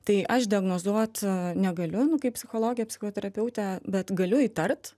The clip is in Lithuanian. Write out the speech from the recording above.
tai aš diagnozuot negaliu nu kaip psichologė psichoterapeutė bet galiu įtart